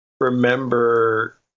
remember